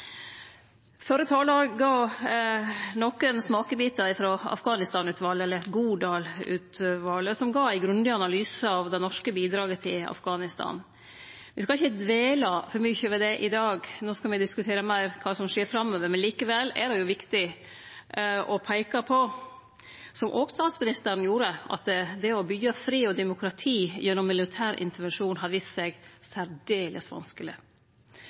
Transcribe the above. Førre talar gav nokre smakebitar frå Afghanistan-utvalet, eller Godal-utvalet, som gav ein grundig analyse av det norske bidraget til Afghanistan. Me skal ikkje dvele for mykje ved det i dag, no skal me diskutere meir kva som skjer framover. Likevel er det viktig å peike på, som òg statsministeren gjorde, at det å byggje fred og demokrati gjennom militær intervensjon har vist seg særdeles vanskeleg.